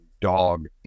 dog